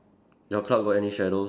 your cloud got any shadows